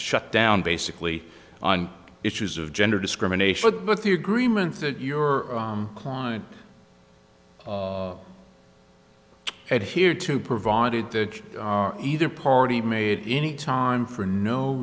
shut down basically on issues of gender discrimination but the agreements that your client and here too provided that you either party made any time for no